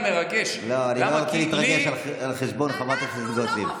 אני לא רוצה להתרגש על חשבון חברת הכנסת גוטליב.